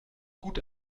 gut